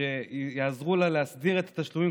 שיעזרו לה להסדיר את התשלומים,